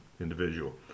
individual